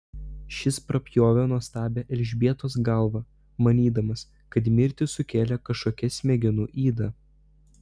šis prapjovė nuostabią elžbietos galvą manydamas kad mirtį sukėlė kažkokia smegenų yda